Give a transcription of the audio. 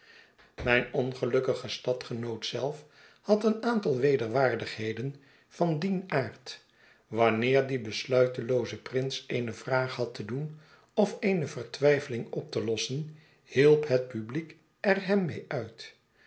mijn ongelukkige stadgenoot zelf had een aantal wederwaardigheden van dien aard wanneer die besluitelooze prins eene vraag had te doen of eene vertwijfeling op te lossen hielp het publiek er hem mee uit